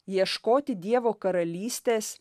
ieškoti dievo karalystės